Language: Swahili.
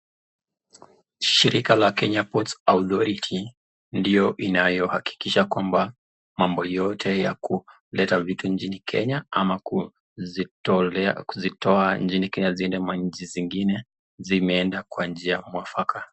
Shirika la Kenya Ports Authority ndiyo inayohakikisha kwamba mambo yote ya kuleta vitu nchini Kenya ama kuzitoa nchini Kenya ziende kwa manchi zingine zimeenda kwa njia mwafaka.